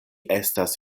estas